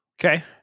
Okay